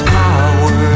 power